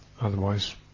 Otherwise